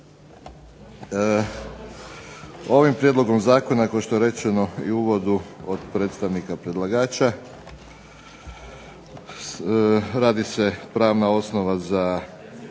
Ovim prijedlogom zakona kao što je rečeno i u uvodu od predstavnika predlagača radi se pravna osnova za